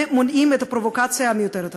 ומונעים את הפרובוקציה המיותרת הזאת.